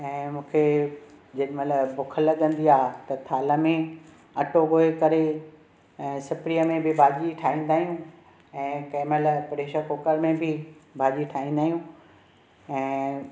ऐं मूंखे जंहिं महिल बुख लॻंदी आहे त थाल में अटो गोए करे ऐं सिपड़ीअ में भाॼी ठाईंदा आहियूं ऐं कंहिं महिल प्रेशर कुकर में बि भाॼी ठाईंदा आहियूं ऐं